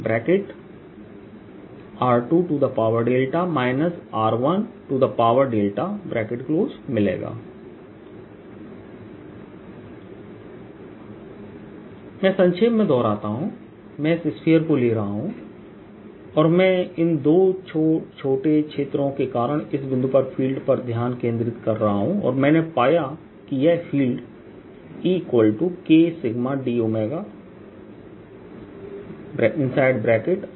E∝1r2 δ δ0 Eσdr22r22 δ σdr12r12 δkkσd मैं संक्षेप में दोहराता हूं मैं इस स्फीयर को ले रहा हूं और मैं इन दो छोटे क्षेत्रों के कारण इस बिंदु पर फील्ड पर ध्यान केंद्रित कर रहा हूं और मैंने पाया कि यह फील्ड Ekσd है